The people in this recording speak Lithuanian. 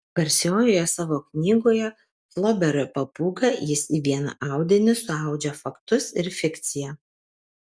garsiojoje savo knygoje flobero papūga jis į vieną audinį suaudžia faktus ir fikciją